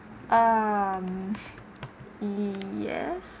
um yes